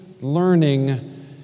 learning